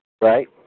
Right